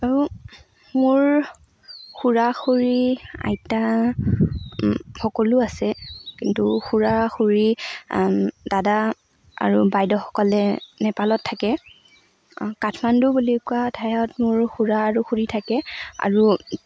আৰু মোৰ খুৰা খুৰী আইতা সকলো আছে কিন্তু খুৰা খুৰী দাদা আৰু বাইদেউসকলে নেপালত থাকে কাঠমাণ্ডু বুলি কোৱা ঠাইত মোৰ খুৰা আৰু খুৰী থাকে আৰু